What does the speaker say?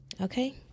Okay